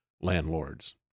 Landlords